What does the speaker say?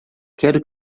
quero